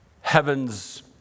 heaven's